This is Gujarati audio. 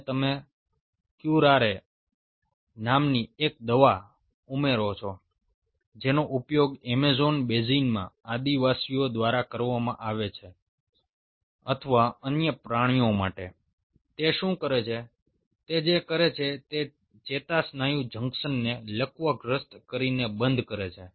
અને તમે ક્યુરારે નામની એક દવા ઉમેરો છો જેનો ઉપયોગ એમેઝોન બેસિનમાં આદિવાસીઓ દ્વારા કરવામાં આવે છે લકવાગ્રસ્ત કરીને બંધ કરે છે